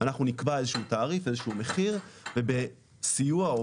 אנחנו נקבע איזשהו תעריף איזשהו מחיר ובסיוע או